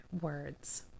words